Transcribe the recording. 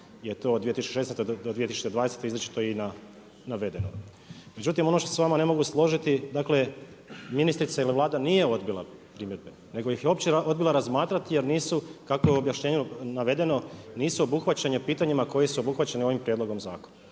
je to 2016. do 2020. izričito i navedeno. Međutim, ono što se s vama ne mogu složiti, ministrica ili Vlada nije odbila primjedbe, nego ih je uopće odbila razmatrati jer nisu, kako je u objašnjenu navedeno, nisu obuhvaćanja pitanjima koji su obuhvaćena ovim prijedlogom zakona.